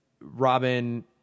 Robin